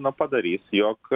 na padarys jog